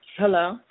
Hello